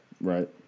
Right